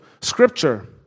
Scripture